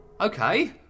Okay